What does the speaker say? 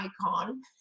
icon